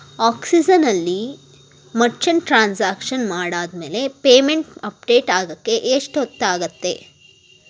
ಆಕ್ಸಿಝನಲ್ಲಿ merchant transaction ಮಾಡಾದ ಮೇಲೆ payment update ಆಗೋಕ್ಕೆ ಎಷ್ಟು ಹೊತ್ತಾಗುತ್ತೆ